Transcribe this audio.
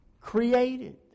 Created